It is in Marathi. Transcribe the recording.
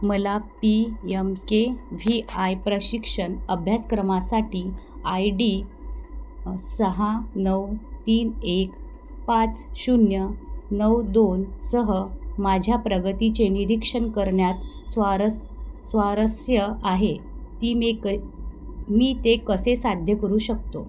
मला P M K V Y प्रशिक्षण अभ्यासक्रमासाठी आय डी सहा नऊ तीन एक पाच शून्य नऊ दोनसह माझ्या प्रगतीचे निरीक्षण करण्यात स्वारस्य स्वारस्य आहे ती मी कै मी ते कसे साध्य करू शकतो